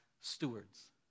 stewards